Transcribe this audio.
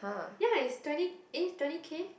ya is twenty eh it's twenty K